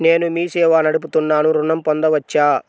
నేను మీ సేవా నడుపుతున్నాను ఋణం పొందవచ్చా?